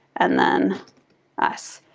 and then us.